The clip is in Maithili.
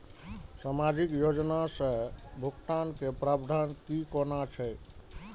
सामाजिक योजना से भुगतान के प्रावधान की कोना छै?